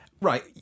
Right